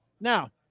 Now